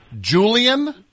Julian